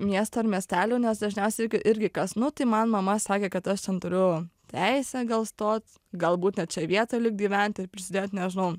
miesto ir miestelių nes dažniausiai irgi kas nu tai man mama sakė kad aš ten turiu teisę gal stot galbūt net čia vietoj likt gyventi ir prisidėt nežinau